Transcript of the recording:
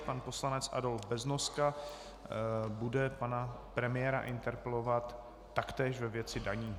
Pan poslanec Adolf Beznoska bude pana premiéra interpelovat taktéž ve věci daní.